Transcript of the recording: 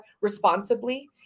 responsibly